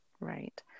Right